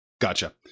Gotcha